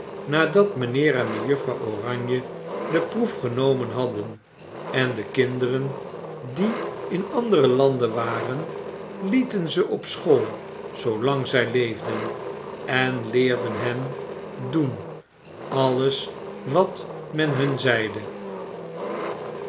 nadat mynheer en mejuffrouw oranje de proef genomen hadden en de kinderen die in andere landen waren lieten ze op school zoolang zy leefden en leerden hen doen alles wat men hun zeide